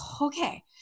okay